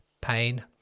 pain